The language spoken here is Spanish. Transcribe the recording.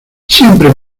siempre